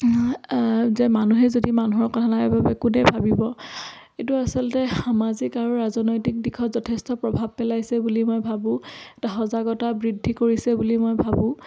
যে মানুহে যদি মানুহৰ কথা নাভাবে কোনে ভাবিব এইটো আচলতে সামাজিক আৰু ৰাজনৈতিক দিশত যথেষ্ট প্ৰভাৱ পেলাইছে বুলি মই ভাবোঁ এটা সজাগতা বৃদ্ধি কৰিছে বুলি মই ভাবোঁ